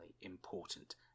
important